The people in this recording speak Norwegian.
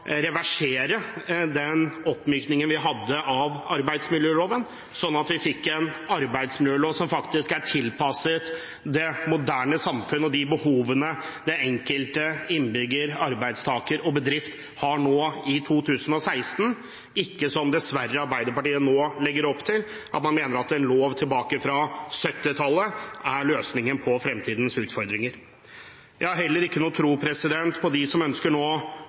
reversere den oppmykningen vi hadde av arbeidsmiljøloven slik at vi fikk en arbeidsmiljølov som faktisk er tilpasset det moderne samfunn og de behovene den enkelte innbygger, arbeidstaker og bedrift har nå i 2016. Jeg tror ikke, som Arbeiderpartiet nå dessverre legger opp til, at en lov fra 1970-tallet er løsningen på fremtidens utfordringer. Jeg har heller ikke noen tro på dem som nå ønsker